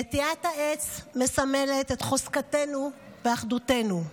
נטיעת העץ מסמלת את חוזקנו ואחדותנו,